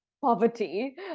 poverty